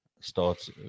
starts